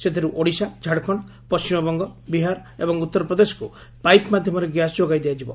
ସେଥିରୁ ଓଡ଼ିଶା ଝାଡ଼ଖଣ୍ଡ ପଣ୍କିମବଙ୍ଗ ବିହାର ଏବଂ ଉତ୍ତରପ୍ରଦେଶକୁ ପାଇପ୍ ମାଧ୍ଧମରେ ଗ୍ୟାସ୍ ଯୋଗାଇଦିଆଯିବ